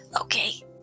Okay